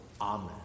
Amen